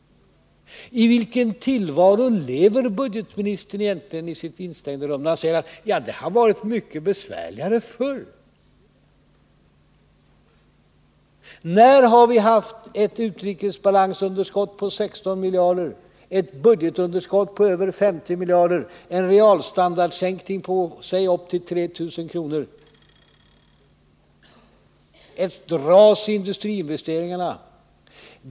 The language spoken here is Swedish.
I vilken tillvaro lever budgetministern egentligen instängd på sitt rum när han säger: Ja, det har varit mycket besvärligare förr? När har vi haft ett underskott i utrikeshandeln på 16 miljarder kronor, ett budgetunderskott på över 50 miljarder kronor, en real standardsänkning på låt oss säga upp till 3 000 kr., ett sådant ras i industriinvesteringarna?